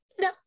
no